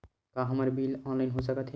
का हमर bill online हो सकत हे?